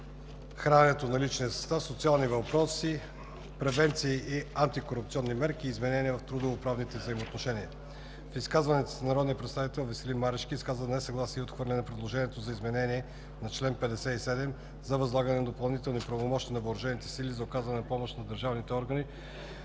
храненето на личния състав, социални въпроси, превенция и антикорупционни мерки и изменения в трудово-правните отношения. В изказването си народният представител Веселин Марешки изказа несъгласие и отхвърли предложението за изменение на чл. 57 за възлагане на допълнителни правомощия на въоръжените сили за оказване на помощ на държавните органи